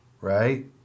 right